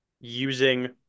using